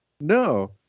No